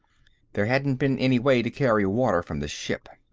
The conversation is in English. there hadn't been any way to carry water from the ship.